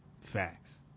Facts